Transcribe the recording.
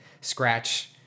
scratch